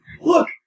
Look